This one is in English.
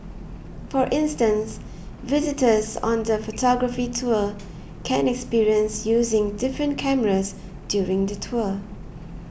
for instance visitors on the photography tour can experience using different cameras during the tour